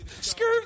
Screw